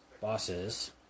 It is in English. bosses